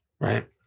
Right